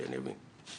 שאני אבין.